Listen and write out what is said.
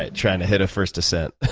ah trying to hit a first ascent.